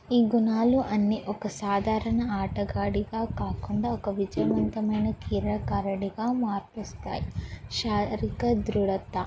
ఈ గుణాలు అన్ని ఒక సాధారణ ఆటగాడిగా కాకుండా ఒక విజయవంతమైన క్రీడాకారుడిగా మార్పుస్తాయి శారీరక దృఢత